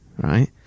right